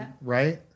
right